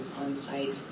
on-site